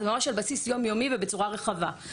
זה ממש על בסיס יום-יומי ובצורה רחבה.